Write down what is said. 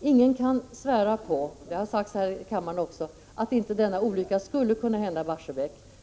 Ingen kan svära på — det har redan sagts här i kammaren — att en olycka inte skulle kunna hända i Barsebäck.